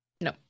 no